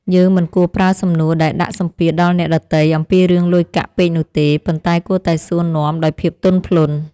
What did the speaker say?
យើងមិនគួរប្រើសំណួរដែលដាក់សម្ពាធដល់អ្នកដទៃអំពីរឿងលុយកាក់ពេកនោះទេ ប៉ុន្តែគួរតែសួរនាំដោយភាពទន់ភ្លន់។